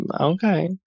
Okay